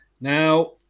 Now